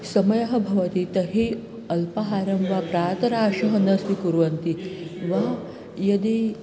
समयः भवति तर्हि अल्पाहारं वा प्रातराशः न स्वीकुर्वन्ति वा यदि